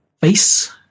face